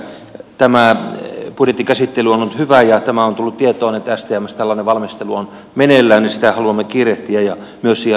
tässä mielessä tämä budjettikäsittely on ollut hyvä ja tämä on tullut tietoon että stmssä tällainen valmistelu on meneillään ja sitä haluamme kiirehtiä ja myös siihen rahoitusta